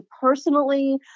personally